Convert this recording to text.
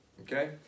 Okay